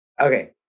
Okay